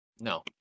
No